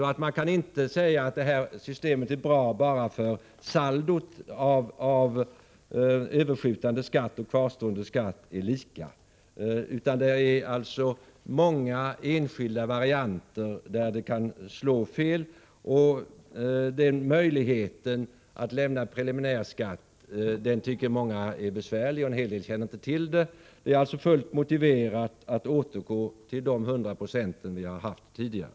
Man kan inte säga att detta system är bra bara för att saldot av överskjutande skatt och kvarstående skatt är lika. Det finns många enskilda varianter där det kan slå fel. Möjligheten att lämna preliminär skatt tycker många är besvärlig och en hel del känner inte till den. Det är alltså motiverat att återgå till de 100 96 vi har haft tidigare.